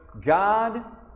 God